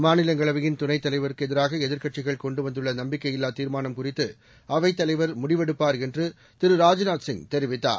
மாநிலங்களவையின் துணைத் தலைவருக்கு எதிராக எதிர்கட்சிகள் கொண்டு வந்துள்ள நம்பிக்கையில்லா தீர்மானம் குறித்து அவைத்தலைவர் முடிவெடுப்பார் என்று திருராஜ் நாத் சிங் தெரிவித்தார்